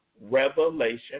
revelation